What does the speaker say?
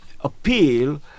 appeal